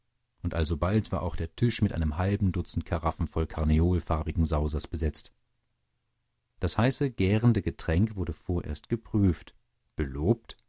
und alsbald war auch der tisch mit einem halben dutzend karaffen voll karneolfarbigen sausers besetzt das heiße gärende getränk wurde vorerst geprüft belobt